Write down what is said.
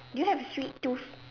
do you have a sweet tooth